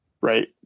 Right